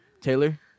Taylor